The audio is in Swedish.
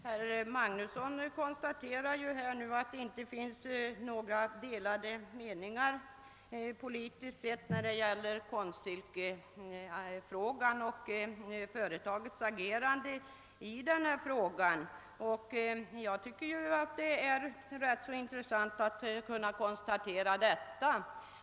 Herr talman! Herr Magnusson konstaterar att det inte finns några delade meningar politiskt sett när det gäller Konstsilkefrågan och företagets agerande. Jag tycker att det är rätt intressant att kunna konstatera detta.